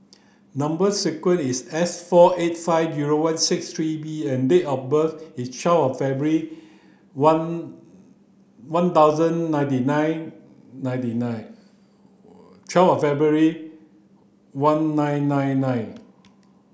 number sequence is S four eight five zero one six three B and date of birth is twelve February one one thousand ninety nine ninety nine twelve February one nine nine nine